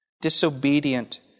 Disobedient